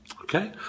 Okay